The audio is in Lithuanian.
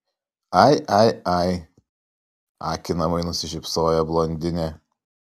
ai ai ai akinamai nusišypsojo blondinė